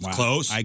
close